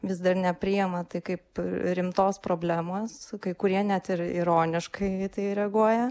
vis dar nepriima tai kaip rimtos problemos kai kurie net ir ironiškai į tai reaguoja